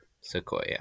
Sequoia